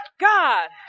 God